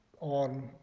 on